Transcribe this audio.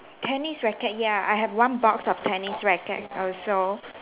tennis racket ya I have one box of tennis racket also